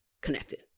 connected